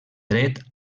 dret